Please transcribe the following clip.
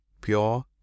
pure